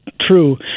true